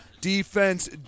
defense